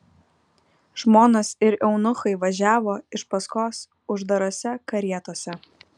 žmonos ir eunuchai važiavo iš paskos uždarose karietose